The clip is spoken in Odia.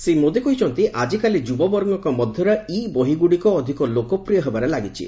ଶ୍ରୀ ମୋଦୀ କହିଛନ୍ତି ଆଜିକାଲି ଯୁବବର୍ଗଙ୍କ ମଧ୍ୟରେ ଇ ବହିଗୁଡ଼ିକ ଅଧିକ ଲୋକପ୍ରିୟ ହେବାରେ ଲାଗିଛି